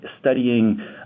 studying